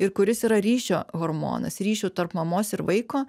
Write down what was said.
ir kuris yra ryšio hormonas ryšio tarp mamos ir vaiko